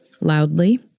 loudly